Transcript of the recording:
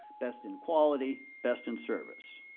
best in quality. best in service.